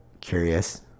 curious